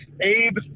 Abe